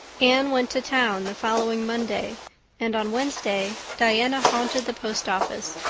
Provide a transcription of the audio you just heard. anne went to town the following monday and on wednesday diana haunted the post office,